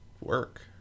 work